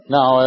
Now